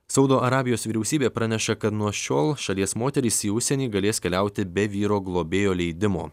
saudo arabijos vyriausybė praneša kad nuo šiol šalies moterys į užsienį galės keliauti be vyro globėjo leidimo